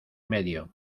medio